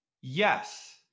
Yes